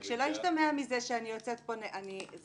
רק שלא ישתמע מזה שאני יוצאת נגד המשרד.